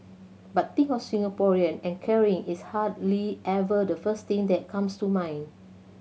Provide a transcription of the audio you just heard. but think of Singaporeans and caring is hardly ever the first thing that comes to mind